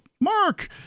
Mark